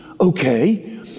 okay